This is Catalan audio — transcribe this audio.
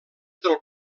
del